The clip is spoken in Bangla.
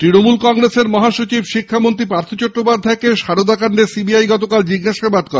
তৃণমূল কংগ্রেসের মহাসচিব শিক্ষামন্ত্রী পার্থ চট্টোপাধ্যায়কে সারদা কাণ্ডে সিবিআই গতকাল জিজ্ঞাসাবাদ করে